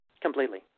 Completely